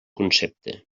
concepte